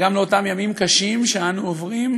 וגם לאותם ימים קשים שאנו עוברים,